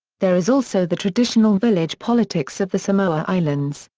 there is also the traditional village politics of the samoa islands,